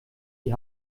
die